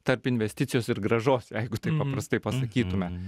tarp investicijos ir grąžos jeigu taip paprastai pasakytume